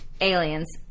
Aliens